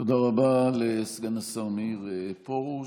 תודה רבה לסגן השר מאיר פרוש.